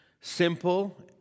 simple